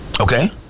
Okay